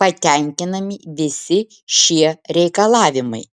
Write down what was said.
patenkinami visi šie reikalavimai